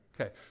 Okay